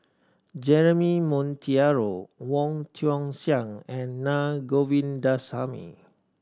Jeremy Monteiro Wong Tuang Seng and Naa Govindasamy